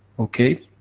okay,